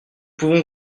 pouvons